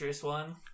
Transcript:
One